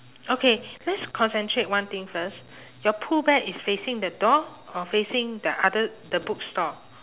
okay let's concentrate one thing first your pooh bear is facing the door or facing the other the bookstore